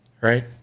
Right